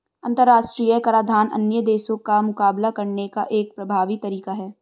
अंतर्राष्ट्रीय कराधान अन्य देशों का मुकाबला करने का एक प्रभावी तरीका है